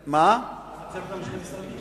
אפשר לפצל אותם לשני משרדים.